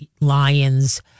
lions